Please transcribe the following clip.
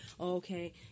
okay